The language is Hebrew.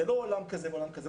זה לא עולם כזה ועולם כזה,